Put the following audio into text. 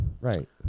Right